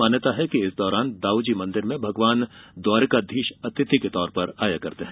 मान्यता है कि इस दौरान दाऊजी मंदिर में भगवान द्वारिकाधीश अतिथि के तौर पर आते है